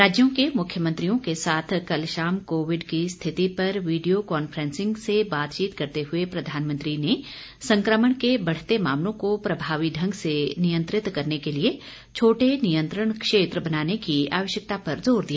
राज्यों के मुख्यमंत्रियों के साथ कल शाम कोविड की स्थिति पर वीडियो कॉन्फ्रेंसिंग से बातचीत करते हुए प्रधानमंत्री ने संक्रमण के बढ़ते मामलों को प्रभावी ढंग से नियंत्रित करने के लिए छोटे नियंत्रण क्षेत्र बनाने की आवश्यकता पर जोर दिया